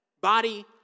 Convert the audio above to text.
body